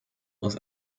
aus